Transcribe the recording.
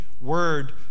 word